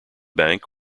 bank